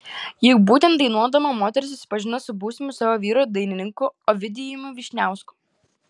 juk būtent dainuodama moteris susipažino su būsimu savo vyru dainininku ovidijumi vyšniausku